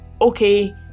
okay